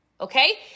okay